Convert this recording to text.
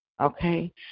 Okay